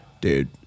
dude